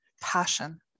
passion